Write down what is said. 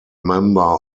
member